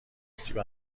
سیب